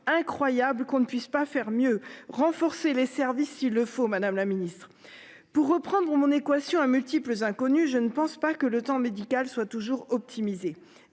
incroyable qu'on ne puisse pas faire mieux renforcer les services s'il le faut, Madame la Ministre. Pour reprendre mon équation à multiples inconnues. Je ne pense pas que le temps médical soit toujours optimisés.